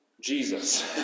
Jesus